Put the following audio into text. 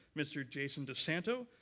mr. jason desanto,